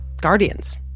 guardians